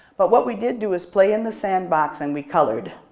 but what we did do was play in the sandbox and we colored.